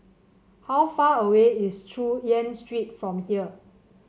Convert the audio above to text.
how far away is Chu Yen Street from here